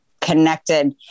connected